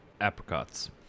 apricots